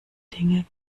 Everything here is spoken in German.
dinge